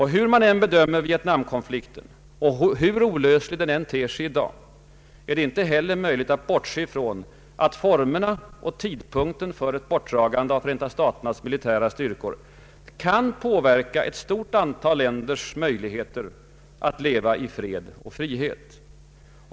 Hur man än bedömer Vietnamkonflikten och hur olöslig den än ter sig i dag, är det inte heller möjligt att bortse från att formerna och tidpunkten för ett bortdragande av Förenta staternas militära styrkor kan påverka ett stort antal länders möjlighet att leva i fred och frihet.